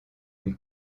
une